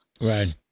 Right